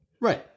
Right